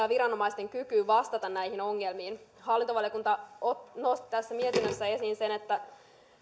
viranomaisten kykyyn vastata näihin ongelmiin hallintovaliokunta nosti tässä mietinnössä esiin sen että